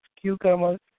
cucumbers